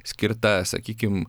skirta sakykim